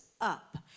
up